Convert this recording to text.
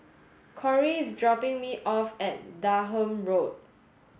Corie is dropping me off at Durham Road